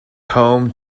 home